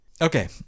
Okay